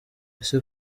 ese